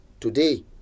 Today